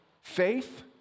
faith